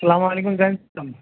سسلام علیکم ظمسام